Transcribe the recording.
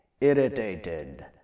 irritated